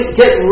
get